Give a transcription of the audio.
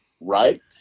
right